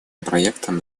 проекта